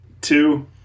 two